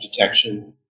detection